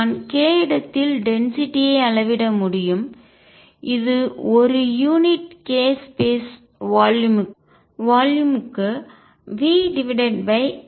எனவே நான் k இடத்தில் டென்சிட்டி அடர்த்தி யை அளவிட முடியும் இது ஒரு யூனிட் k ஸ்பேஸ் வால்யும் தொகுதி க்கு V83